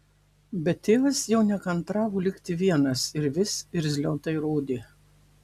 bet tėvas jau nekantravo likti vienas ir vis irzliau tai rodė